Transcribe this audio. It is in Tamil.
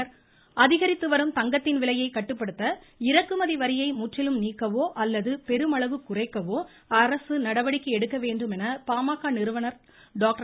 ருருருருரு ராமதாஸ் அதிகரித்து வரும் தங்கத்தின் விலையைக் கட்டுப்படுத்த இறக்குமதி வரியை முற்றிலும் நீக்கவோ அல்லது பெருமளவு குறைக்கவோ அரசு நடவடிக்கை எடுக்க வேண்டும் என பாமக நிறுவனர் டாக்டர்